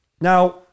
Now